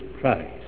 Christ